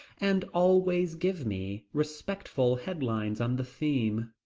and always give me respectful headlines on the theme.